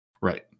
Right